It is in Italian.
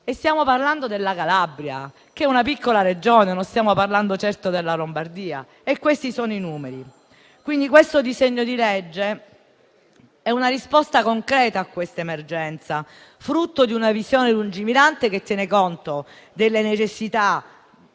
e stiamo parlando della Calabria, che è una piccola Regione, non stiamo parlando certo della Lombardia. E questi sono i numeri. Questo disegno di legge è una risposta concreta a questa emergenza, frutto di una visione lungimirante che tiene conto delle necessità